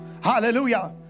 hallelujah